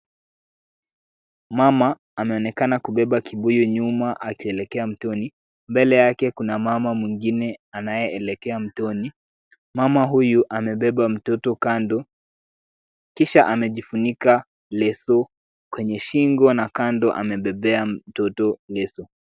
Mama anaonekana kubeba kibuyu nyuma akielekea mtoni. Mbele yake, kuna mama mwingine anayeelekea mtoni. Mama huyu amebeba mtoto kando kisha amejifunika leso kwenye shingo na kando amebebea mtoto leso.